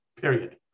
Period